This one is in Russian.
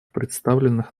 представленных